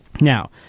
Now